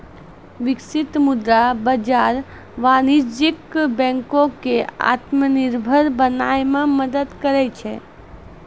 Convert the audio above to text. बिकसित मुद्रा बाजार वाणिज्यक बैंको क आत्मनिर्भर बनाय म मदद करै छै